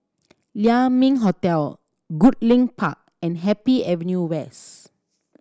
Lai Ming Hotel Goodlink Park and Happy Avenue West